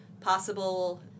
possible